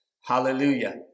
Hallelujah